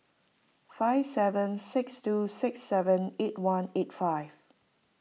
five seven six two six seven eight one eight five